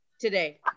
today